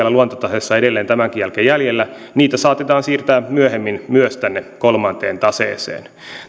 on siellä luontotaseessa edelleen tämänkin jälkeen jäljellä saatetaan siirtää myöhemmin myös tänne kolmanteen taseeseen